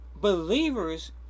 Believers